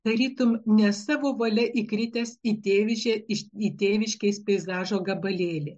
tarytum ne savo valia įkritęs į tėvižė į tėviškės peizažo gabalėlį